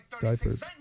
diapers